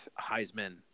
Heisman